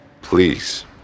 Please